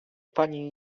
pani